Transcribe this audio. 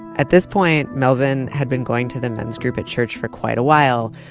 at this point, melvin had been going to the men's group at church for quite a while.